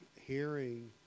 hearing